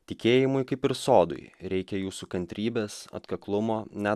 tikėjimui kaip ir sodui reikia jūsų kantrybės atkaklumo ne